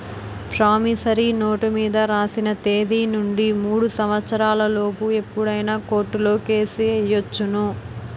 promissory note మీద రాసిన తేదీ నుండి మూడు సంవత్సరాల లోపు ఎప్పుడైనా కోర్టులో కేసు ఎయ్యొచ్చును